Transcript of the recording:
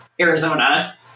Arizona